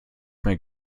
mehr